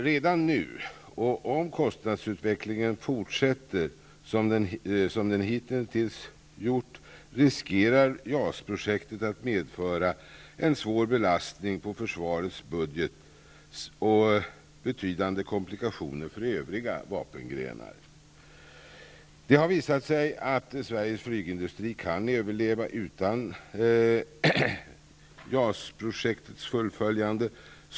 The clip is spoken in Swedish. Redan nu, och om kostnadsutvecklingen fortsätter som den hittills har gjort, riskerar JAS-projektet att medföra en svår belastning på försvarets budget och betydande komplikationer för övriga vapengrenar. Det har visat sig att Sveriges flygindustri kan överleva utan JAS-projektets fullföljande.